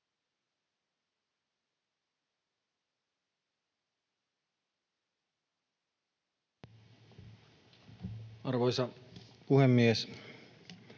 Arvoisa puhemies!